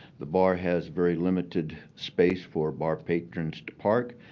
the bar has very limited space for bar patrons to park.